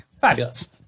Fabulous